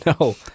No